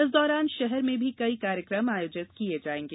इस दौरान शहर में भी कई कार्यक्रम आयोजित किये जायेंगे